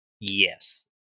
Yes